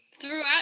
Throughout